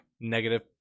negative